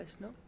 no